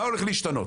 מה הולך להשתנות?